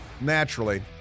naturally